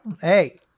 hey